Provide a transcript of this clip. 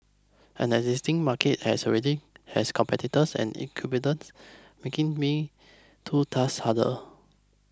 an existing market has already has competitors and incumbents making me too task harder